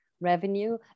revenue